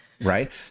Right